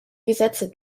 gesetze